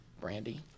Brandy